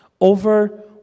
over